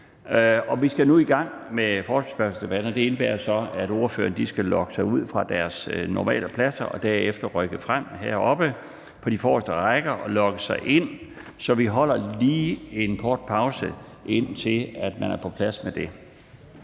Vi skal nu i gang med forespørgselsdebatten, og det indebærer så, at ordførerne skal logge sig ud fra deres normale pladser og derefter rykke frem til de forreste rækker heroppe og logge sig ind. Så vi holder lige en kort pause, indtil man er kommet